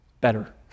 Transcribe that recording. better